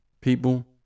people